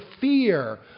fear